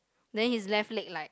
then his left leg like